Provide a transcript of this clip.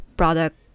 product